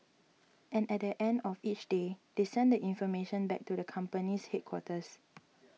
and at the end of each day they send the information back to the company's headquarters